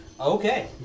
Okay